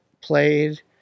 played